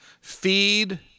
Feed